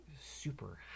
super